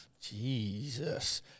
Jesus